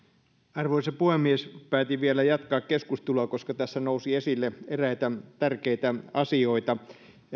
arvoisa puhemies päätin vielä jatkaa keskustelua koska tässä nousi esille eräitä tärkeitä asioita